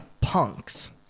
punks